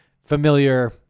familiar